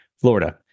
florida